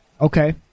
Okay